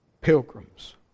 pilgrims